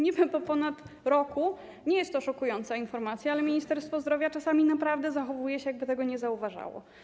Niby po upływie ponad roku nie jest to szokująca informacja, ale Ministerstwo Zdrowia czasami naprawdę zachowuje się tak, jakby tego nie zauważało.